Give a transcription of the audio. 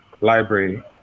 library